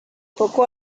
poco